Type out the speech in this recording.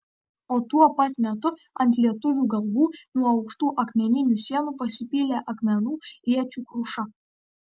o tuo pat metu ant lietuvių galvų nuo aukštų akmeninių sienų pasipylė akmenų iečių kruša